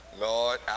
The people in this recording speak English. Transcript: Lord